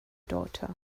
daughter